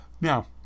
Now